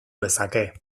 lezake